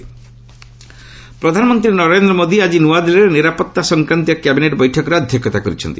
PM meeting ପ୍ରଧାନମନ୍ତ୍ରୀ ନରେନ୍ଦ୍ର ମୋଦି ଆଜି ନୂଆଦିଲ୍ଲୀରେ ନିରାପଭା ସଂକ୍ରାନ୍ତୀୟ କ୍ୟାବିନେଟ୍ ବୈଠକରେ ଅଧ୍ୟକ୍ଷତା କରିଛନ୍ତି